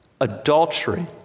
adultery